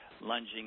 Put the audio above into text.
lunging